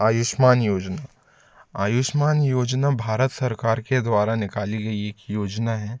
आयुष्मान योजना आयुष्मान योजना भारत सरकार के द्वारा निकाली गई एक योजना है